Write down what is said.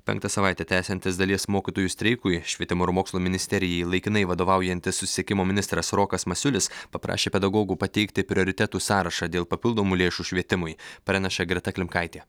penktą savaitę tęsiantis dalies mokytojų streikui švietimo ir mokslo ministerijai laikinai vadovaujantis susisiekimo ministras rokas masiulis paprašė pedagogų pateikti prioritetų sąrašą dėl papildomų lėšų švietimui praneša greta klimkaitė